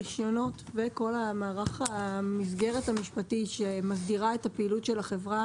הרשיונות וכל מערך המסגרת המשפטית שמסדירה את הפעילות של החברה